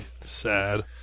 Sad